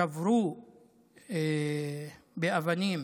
שברו באבנים